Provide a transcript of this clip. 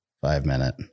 five-minute